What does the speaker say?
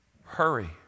hurry